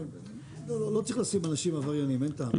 לא צריך לשים אנשים עבריינים, אין טעם.